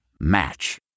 Match